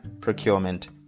procurement